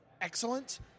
excellent